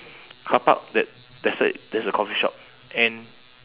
carpark th~ there's a there's a coffee shop and